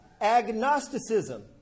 agnosticism